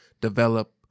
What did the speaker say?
develop